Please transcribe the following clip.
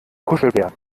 kuschelbär